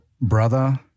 brother